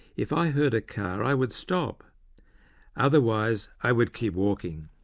if i heard a car i would stop otherwise i would keep walking.